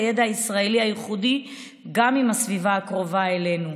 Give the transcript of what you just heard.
וכמובן לחלוק את הידע הישראלי הייחודי גם עם הסביבה הקרובה אלינו.